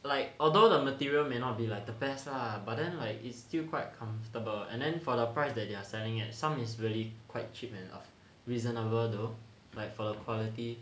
like although the material may not be like the best lah but then like it's still quite comfortable and then for the price they are selling at some is really quite cheap enough reasonable though like for the quality